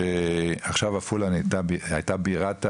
שעפולה היתה בירת העמק,